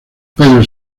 pedro